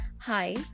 Hi